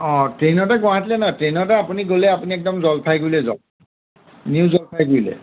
অ' ট্ৰেইনতে গুৱাহাটীলৈ নহয় ট্ৰেইনতে আপুনি গ'লে আপুনি একদম জলপাইগুৰিলৈ যাওক নিউ জলপাইগুৰিলৈ